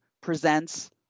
presents